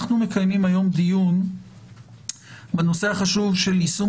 אנחנו מקיימים היום דיון בנושא החשוב של יישום